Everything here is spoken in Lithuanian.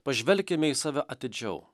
pažvelkime į save atidžiau